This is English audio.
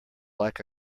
like